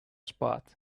spot